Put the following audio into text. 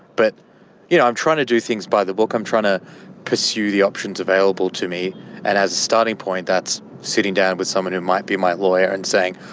but you know i'm trying to do things by the book, i'm trying to pursue the options available to me and as a starting point that's sitting down with someone who might be my lawyer and saying,